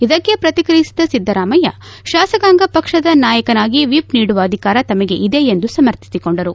ಇದಕ್ಕೆ ಪ್ರತಿಕ್ರಿಯಿಸಿದ ಸಿದ್ದರಾಮಯ್ಯ ತಾಸಕಾಂಗ ಪಕ್ಷದ ನಾಯಕನಾಗಿ ವಿಪ್ ನೀಡುವ ಅಧಿಕಾರ ತಮಗೆ ಇದೆ ಎಂದು ಸಮರ್ಥಿಸಿಕೊಂಡರು